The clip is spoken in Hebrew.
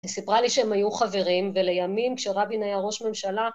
סיפרה לי שהם היו חברים, ולימים כשרבין היה ראש ממשלה